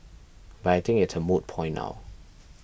but I think it's a moot point now